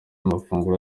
amafunguro